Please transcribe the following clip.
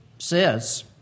Says